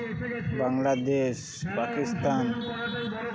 Bangladesh Pakistan